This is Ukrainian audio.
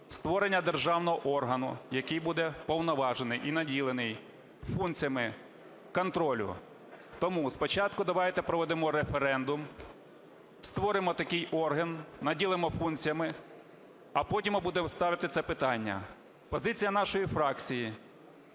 створення державного органу, який буде вповноважений і наділений функціями контролю. Тому спочатку давайте проведемо референдум, створимо такий орган, наділимо функціями, а потім будемо ставити це питання. Позиція нашої фракції